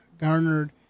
garnered